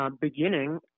beginning